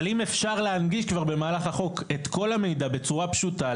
אבל אם אפשר להנגיש כבר במהלך החוק את כל המידע בצורה פשוטה,